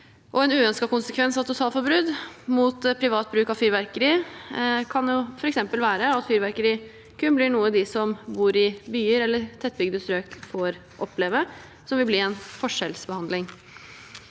En uønsket konsekvens av et totalforbud mot privat bruk av fyrverkeri kan f.eks. være at fyrverkeri kun blir noe de som bor i byer eller tettbygde strøk, får oppleve, som vil bli en forskjellsbehandling.